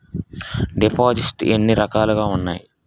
దిపోసిస్ట్స్ ఎన్ని రకాలుగా ఉన్నాయి?